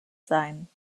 sein